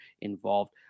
involved